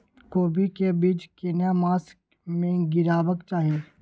कोबी के बीज केना मास में गीरावक चाही?